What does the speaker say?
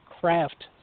craft